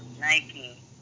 Nike